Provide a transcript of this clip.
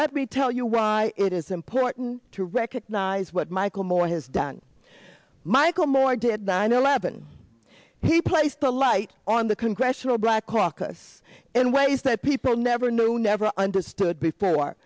let me tell you why it is important to recognize what michael moore has done michael moore did nine eleven he placed the light on the congressional black caucus in ways that people never knew never understood before